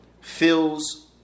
Feels